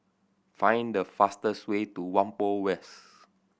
find the fastest way to Whampoa West